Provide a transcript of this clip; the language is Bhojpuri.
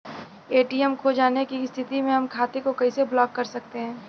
ए.टी.एम खो जाने की स्थिति में हम खाते को कैसे ब्लॉक कर सकते हैं?